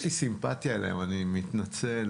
יש לי סימפטיה אליהם, אני מתנצל.